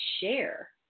share